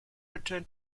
returned